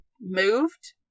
moved